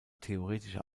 theoretische